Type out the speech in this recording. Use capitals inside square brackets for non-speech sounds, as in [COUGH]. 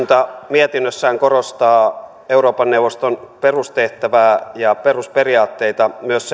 mietinnössään korostaa euroopan neuvoston perustehtävää ja perusperiaatteita myös [UNINTELLIGIBLE]